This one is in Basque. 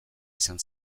izan